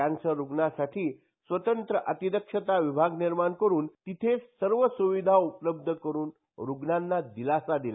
cancer रुग्णांसाठी स्वतंत्र अतिदक्षता विभाग निर्माण करून तिथे सर्व स्रविधा उपलब्ध करून रुग्णांना दिलासा दिला